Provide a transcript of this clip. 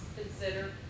consider